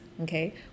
Okay